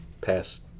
past